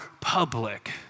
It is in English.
public